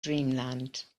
dreamland